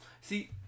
See